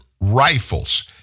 rifles